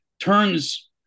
Turns